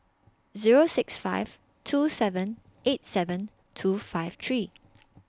Zero six five two seven eight seven two five three